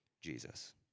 Jesus